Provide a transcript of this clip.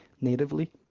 natively